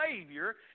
Savior